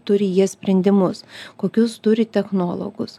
turi jie sprendimus kokius turi technologus